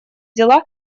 дела